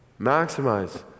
Maximize